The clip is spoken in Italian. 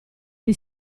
gli